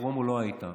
בפרומו לא היית.